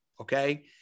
okay